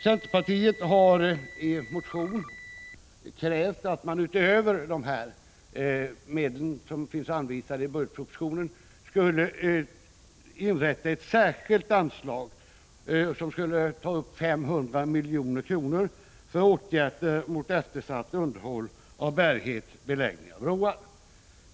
Centerpartiet har i motion krävt att man utöver de medel som finns anvisade i budgetpropositionen skulle inrätta ett särskilt anslag på 500 milj.kr. för åtgärder mot eftersatt underhåll av bärighet, beläggningar och broar.